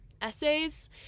essays